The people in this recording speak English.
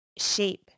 shape